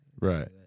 Right